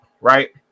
right